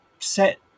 set